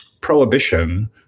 prohibition